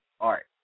art